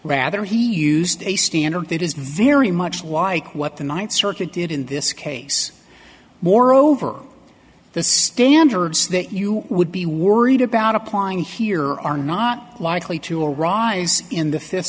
rather he used a standard that is very much like what the ninth circuit did in this case moreover the standards that you would be worried about applying here are not likely to arise in the fifth